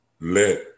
let